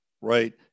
right